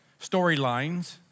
storylines